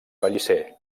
pellicer